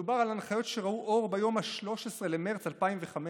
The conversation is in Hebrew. מדובר על הנחיות שראו אור ב-13 במרץ 2005,